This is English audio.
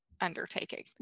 undertaking